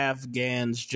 Afghans